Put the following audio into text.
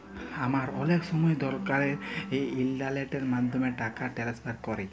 আমরা অলেক সময় দকালের ইলটারলেটের মাধ্যমে টাকা টেনেসফার ক্যরি